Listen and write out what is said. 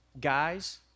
Guys